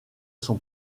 son